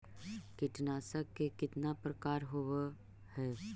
कीटनाशक के कितना प्रकार होव हइ?